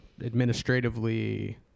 administratively